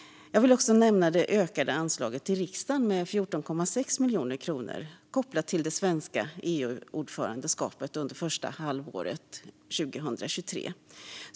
Jag vill också nämna det ökade anslaget till riksdagen med 14,6 miljoner kronor kopplat till det svenska EU-ordförandeskapet under första halvåret 2023.